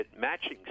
matching